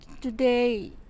today